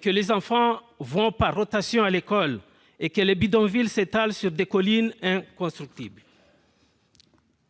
que les enfants vont par rotation à l'école et que les bidonvilles s'étalent sur des collines inconstructibles